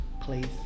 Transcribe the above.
Please